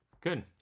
Good